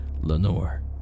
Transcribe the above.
Lenore